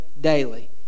daily